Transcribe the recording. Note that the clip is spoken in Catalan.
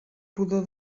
pudor